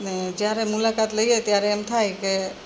અને જ્યારે મુલાકાત લઈએ ત્યારે એમ થાય કે